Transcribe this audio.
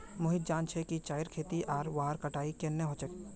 मोहित जान छ कि चाईर खेती आर वहार कटाई केन न ह छेक